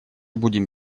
будем